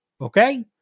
Okay